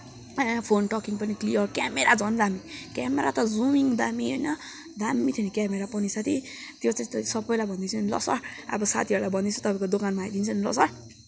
अँ phone talking पनि clear camera झन् दामी क्यामेरा त जुमिङ दामी होइन दामी छ नि क्यामेरा पनि साथी त्यो चिज चाहिँ सबैलाई भनिदिन्छु नि ल सर अब साथीहरूलाई भनिदिन्छु तपाईँको दोकानमा आइदिन्छ नि ल सर